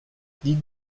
dites